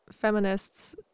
feminists